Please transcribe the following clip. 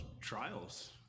trials